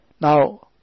Now